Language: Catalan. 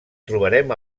trobarem